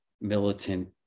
militant